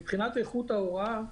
מבחינת איכות ההוראה,